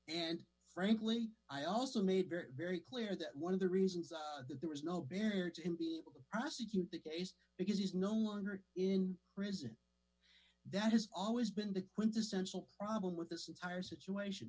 and frankly i also made very very clear that one of the reasons that there was no barrier to him being able to prosecute the case because he's no longer in prison that has always been the quintessential problem with this entire situation